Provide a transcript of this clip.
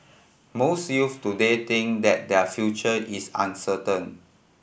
most youths today think that their future is uncertain